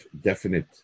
definite